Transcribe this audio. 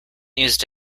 used